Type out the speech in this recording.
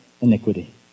iniquity